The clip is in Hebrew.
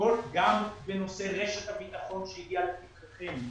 גם בנושא רשת הביטחון שהגיעה לפתחכם,